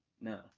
No